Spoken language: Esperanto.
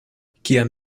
kiam